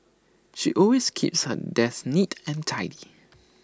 she always keeps her desk neat and tidy